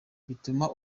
bituma